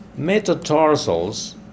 metatarsals